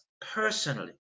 personally